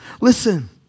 Listen